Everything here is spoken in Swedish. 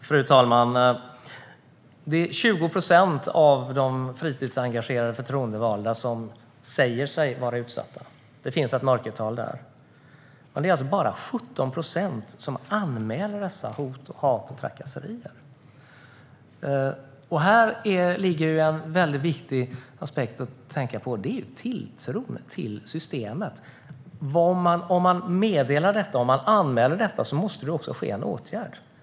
Fru talman! Det är 20 procent av de fritidsengagerade förtroendevalda som säger sig vara utsatta. Det finns ett mörkertal där. Men det är alltså bara 17 procent som anmäler detta hat och dessa hot och trakasserier. En viktig aspekt att tänka på är tilltron till systemet. Om man anmäler detta måste det också vidtas en åtgärd.